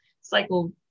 cycle